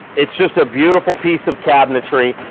it's just a beautiful piece of cabinetry.